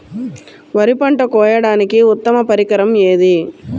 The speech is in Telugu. వరి పంట కోయడానికి ఉత్తమ పరికరం ఏది?